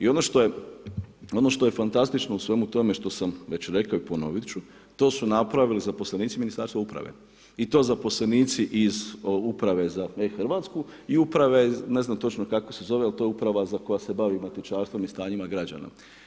I ono što je fantastično u svemu tome što sam već rekao i ponoviti ću, to su napravili zaposlenici Ministarstva upravo i to zaposlenici iz uprave za e-Hrvatsku, i uprave, ne znam kako se zove, ali to je uprava koja se bavi matičanrstvom i stanjima građana.